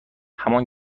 همان